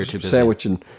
sandwiching